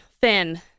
thin